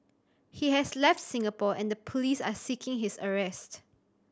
he has left Singapore and the police are seeking his arrest